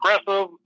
aggressive